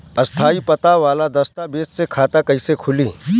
स्थायी पता वाला दस्तावेज़ से खाता कैसे खुली?